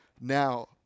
Now